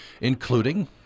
including—